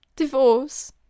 Divorce